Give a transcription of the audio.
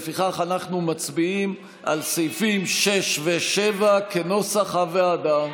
לפיכך אנחנו מצביעים על סעיפים 6 7, כנוסח הוועדה.